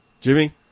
Jimmy